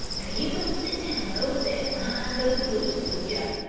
now, you go sit down over there behind those bushes with joe,